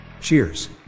Cheers